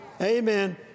Amen